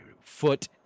foot